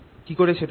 কিকরে সেটা হয়